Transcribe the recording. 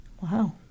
wow